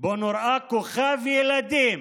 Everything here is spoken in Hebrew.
שבו נראה כוכב ילדים,